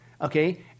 okay